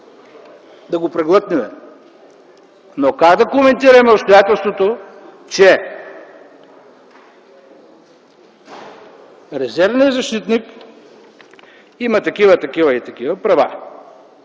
да го преглътнем. Но как да коментираме обстоятелството, че резервният защитник има такива и такива права?!